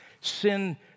Sin